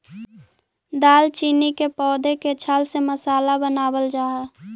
दालचीनी के पौधे के छाल से मसाला बनावाल जा हई